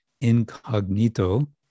incognito